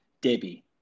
Debbie